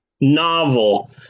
novel